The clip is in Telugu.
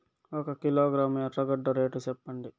ఒక కిలోగ్రాము ఎర్రగడ్డ రేటు సెప్పండి?